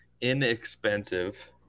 inexpensive